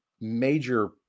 major